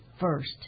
first